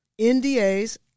NDAs